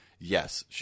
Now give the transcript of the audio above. Yes